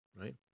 right